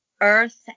earth